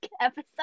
episode